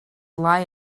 lie